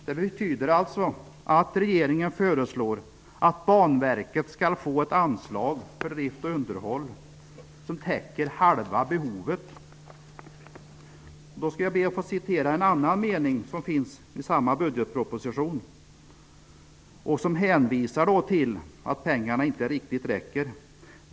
Det betyder alltså att regeringen föreslår att Banverket skall få ett anslag för drift och underhåll som täcker halva behovet. Jag skall be att få citera en annan mening som också finns i budgetpropositionen. Den hänvisar till att pengarna inte riktigt räcker.